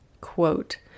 Quote